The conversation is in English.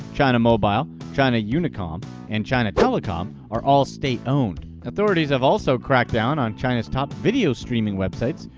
china mobile, china unicom and china telecom, are all state-owned. authorities have also cracked down on china's top video-streaming websites,